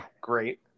great